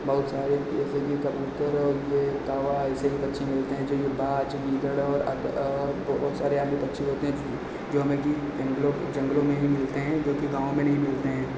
बहुत सारे जैसे कि कबूतर और यह कौआ ऐसे ही पक्षी मिलते हैं जो यह बाज़ गीदड़ और अग और बहुत सारे ऐसे पक्षी होते हैं जो हमें कि जंगलों जंगलों में ही मिलते हैं जो कि गाँव में नहीं मिलते हैं